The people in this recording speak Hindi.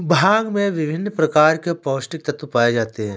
भांग में विभिन्न प्रकार के पौस्टिक तत्त्व पाए जाते हैं